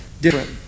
different